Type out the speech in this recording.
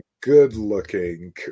Good-looking